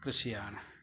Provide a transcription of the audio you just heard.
കൃഷിയാണ്